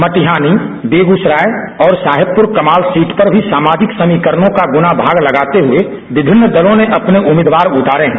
मटिहानी बेगूसराय और साहेबपुर कमाल सीट पर भी सामाजिक समीकरणों का गुणा भाग लगाते हुए विभिन्न दलों ने अपने उम्मीदवार उतारे हैं